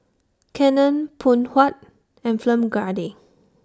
Canon Phoon Huat and Film Grade